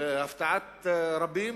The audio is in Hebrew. להפתעת רבים,